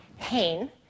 pain